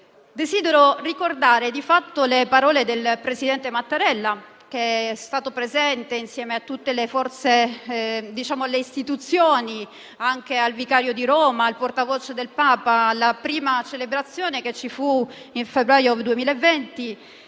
Desidero ricordare le parole del presidente Mattarella, che è stato presente, insieme a tutte le istituzioni e anche al vicario di Roma, il portavoce del Papa, alla prima celebrazione che ci fu nel febbraio 2020.